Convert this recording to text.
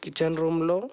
kitchen రూంలో